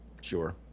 Sure